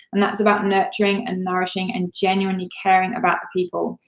and that's about nurturing and nourishing and genuinely caring about people,